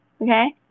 okay